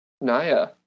Naya